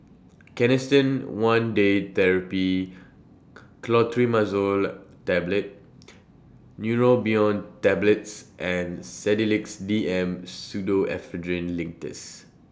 Canesten one Day Therapy Clotrimazole Tablet Neurobion Tablets and Sedilix D M Pseudoephrine Linctus